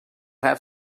have